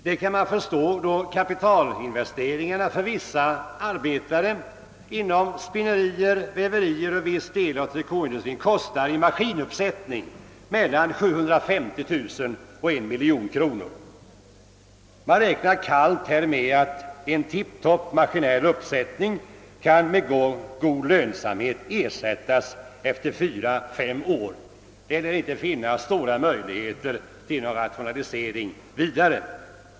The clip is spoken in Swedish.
Detta kan man förstå när man vet att kapitalinvesteringarna i maskiner för vissa arbeten inom spinnerier, väverier och inom viss del av trikåindustrin utgör mellan 750 000 och 1 miljon kronor. Man räknar kallt med att en tiptop maskinell utrustning med god lönsamhet kan ersättas efter fyra, fem år. Det lär då inte finnas några möjligheter till vidare rationalisering.